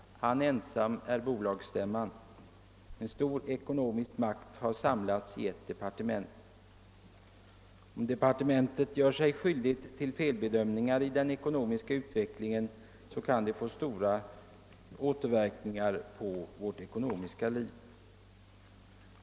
Han ensam är bolagsstämman. En stor ekonomisk makt har samlats i ett departement. Om departementet gör sig skyldigt till felbedömningar i den ekonomiska utvecklingen kan det få stora återverkningar på vårt ekonomiska liv.